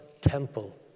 temple